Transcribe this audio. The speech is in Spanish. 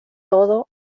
todo